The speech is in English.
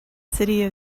city